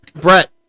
Brett